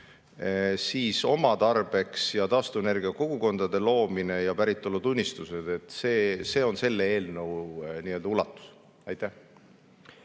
siis oma tarbeks ja taastuvenergia kogukondade loomine ja päritolutunnistused – see on selle eelnõu nii-öelda ulatus. Aitäh!